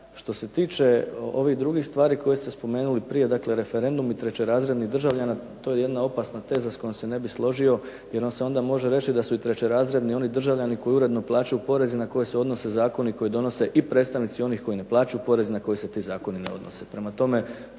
što se tiče drugih stvari koje ste spomenuli prije referendum i trećerazrednih državljana, to je jedna opasna teza s kojom se ne bi složio jer se onda može reći da su trećerazredni oni državljani koji uredno plaćaju porez i na koje se odnose zakoni koje donose i predstavnici onih koji ne plaćaju porez na koje se ti zakoni ne odnose.